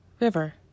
River